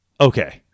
okay